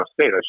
State